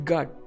God